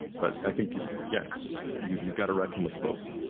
but i think yes. you've gotta reckon with both.